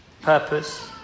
purpose